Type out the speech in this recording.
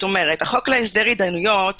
כלומר החוק להסדר הידיינויות